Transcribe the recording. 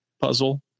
puzzle